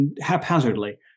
haphazardly